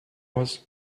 was